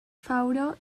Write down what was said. faura